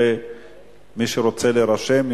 מי שרוצה להירשם,